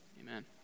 Amen